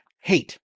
hate